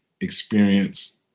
experience